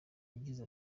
yagize